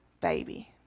baby